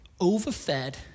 overfed